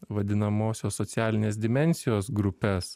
vadinamosios socialinės dimensijos grupes